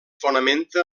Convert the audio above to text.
fonamenta